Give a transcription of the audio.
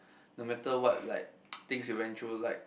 no matter what like things you went through like